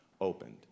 opened